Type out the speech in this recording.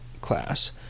class